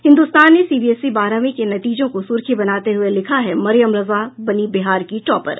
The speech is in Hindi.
हिन्दुस्तान ने सीबीएसई बारहवीं के नतीजों को सुर्खी बनाते हुए लिखा है मरियम रजा बनी बिहार की टॉपर